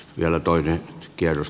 vielä toinen kierros